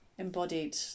embodied